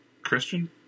Christian